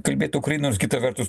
kalbėt ukrainos kita vertus